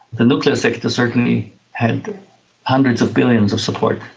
the nuclear sector certainly had hundreds of billions of support.